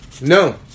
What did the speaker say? no